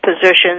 positions